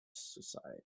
society